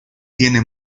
tiene